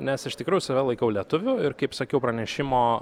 nes iš tikrųjų save laikau lietuviu ir kaip sakiau pranešimo